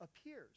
appears